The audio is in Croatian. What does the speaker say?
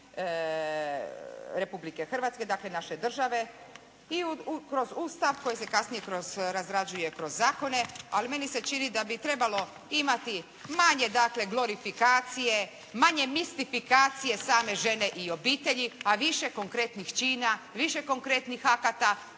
Republike Hrvatske dakle naše države i kroz Ustav koji se kasnije razrađuje kroz zakone. Ali meni se čini da bi trebalo imati manje dakle glorifikacije, manje mistifikacije same žene i obitelji, a više konkretnih čina, više konkretnih akata